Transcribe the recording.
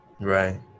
Right